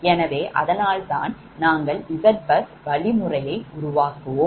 எனவே அதனால்தான் நாங்கள் Zbus வழிமுறையை உருவாக்குவோம்